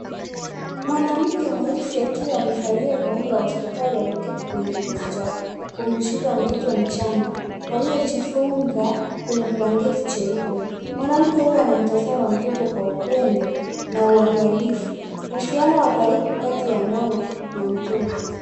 Mwanamke mweusi akiwa amevalia gauni la hospitali ameketi kwenye kiti cha kumshika mtoto mchanga, aliyejifunga kwenye blanketi jeupe, mwanamke huyo anamtazama mtoto kwa upendo na uangalifu uhusiano wa karibu katika ya mama na mtoto.